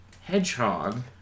hedgehog